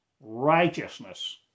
righteousness